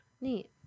Neat